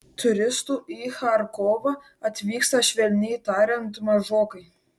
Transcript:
turistų į charkovą atvyksta švelniai tariant mažokai